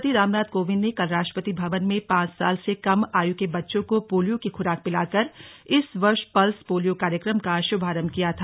राष्ट्रपति रामनाथ कोविंद ने कल राष्ट्रपति भवन में पांच साल से कम आयु के बच्चों को पोलियो की खुराक पिलाकर इस वर्ष पल्स पोलियो कार्यक्रम का शुभारंभ किया था